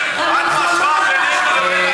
אדוני היושב-ראש.